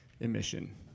emission